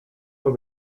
nur